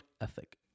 ethic